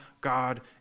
God